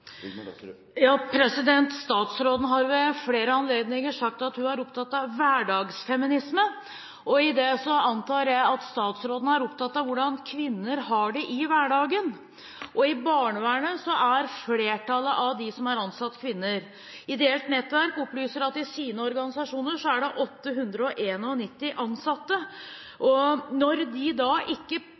opptatt av hverdagsfeminisme. Jeg antar at statsråden er opptatt av hvordan kvinner har det i hverdagen. I barnevernet er flertallet av dem som er ansatt, kvinner. Ideelt Nettverk opplyser at i deres organisasjoner er det 891 ansatte. Når de per i dag ikke